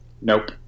Nope